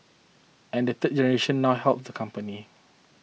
and the third generation now helms the company